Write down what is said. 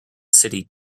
city